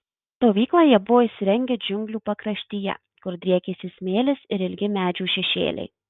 stovyklą jie buvo įsirengę džiunglių pakraštyje kur driekėsi smėlis ir ilgi medžių šešėliai